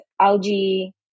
algae